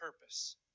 purpose